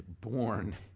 born